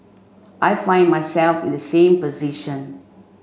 I find myself in the same position